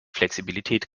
flexibilität